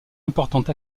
importante